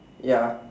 ya